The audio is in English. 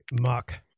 muck